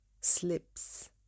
slips